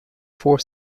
four